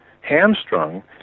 hamstrung